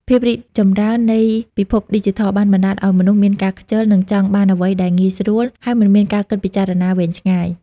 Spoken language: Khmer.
ភាពររីកចម្រើននៃពិភពឌីជីថល បានបណ្ដាលឲ្យមនុស្សមានការខ្ជិល និងចង់បានអ្វីដែលងាយស្រួល ហើយមិនមានការគិតពិចារណាវែងឆ្ងាយ។